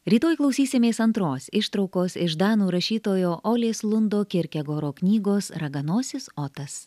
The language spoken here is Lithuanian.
rytoj klausysimės antros ištraukos iš danų rašytojo olės lundo kirkegoro knygos raganosis otas